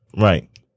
Right